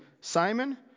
Simon